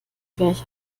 gleich